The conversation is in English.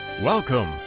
Welcome